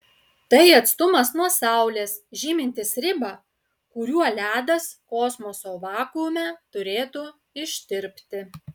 tai atstumas nuo saulės žymintis ribą kuriuo ledas kosmoso vakuume turėtų ištirpti